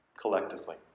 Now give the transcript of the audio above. collectively